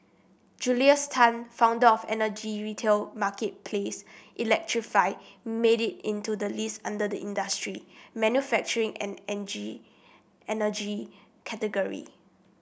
Julius Tan founder of energy retail marketplace electrify made it into the list under the industry manufacturing and energy category